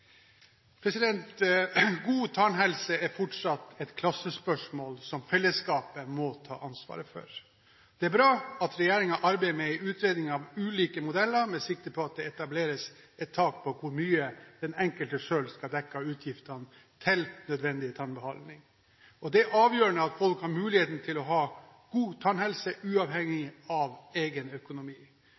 God tannhelse er fortsatt et klassespørsmål, som fellesskapet må ta ansvaret for. Det er bra at regjeringen arbeider med en utredning av ulike modeller, med sikte på at det etableres et tak på hvor mye den enkelte selv skal dekke av utgifter til nødvendig tannbehandling. Det er avgjørende at folk har mulighet til å ha god tannhelse, uavhengig av egen økonomi.